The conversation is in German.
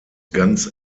ganz